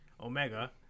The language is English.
Omega